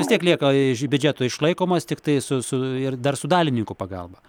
vis tiek lieka iš biudžeto išlaikomos tiktai su su ir dar su dalininkų pagalba